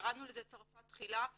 קראנו לזה צרפת תחילה,